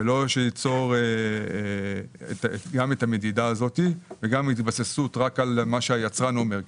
ולא שניצור גם את המדידה הזאת וגם התבססות רק על מה שהיצרן אומר.